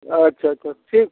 अच्छा अच्छा ठीक